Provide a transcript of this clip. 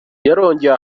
yarongeye